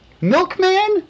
Milkman